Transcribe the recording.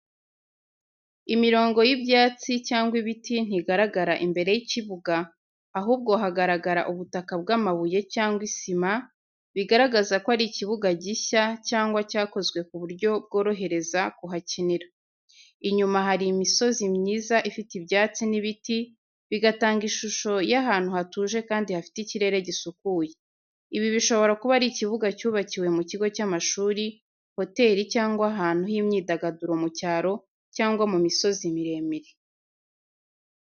Imirongo y’ibyatsi cyangwa ibiti ntigaragara imbere y’ikibuga, ahubwo hagaragara ubutaka bw’amabuye cyangwa isima, bigaragaza ko ari ikibuga gishya cyangwa cyakozwe ku buryo bworohereza gukinira. Inyuma hari imisozi myiza ifite ibyatsi n’ibiti, bigatanga ishusho y’ahantu hatuje kandi hafite ikirere gisukuye. Ibi bishobora kuba ari ikibuga cyubakiwe mu kigo cy’amashuri, hoteli, cyangwa ahantu h’imyidagaduro mu cyaro cyangwa mu misozi miremire.